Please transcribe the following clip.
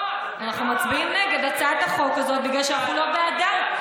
אנחנו מצביעים נגד הצעת החוק הזאת בגלל שאנחנו לא בעדה,